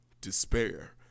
Despair